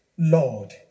Lord